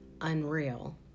unreal